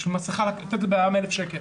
בשביל מסכה להטיל על אדם קנס של 1,000 שקל.